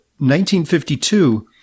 1952